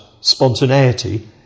spontaneity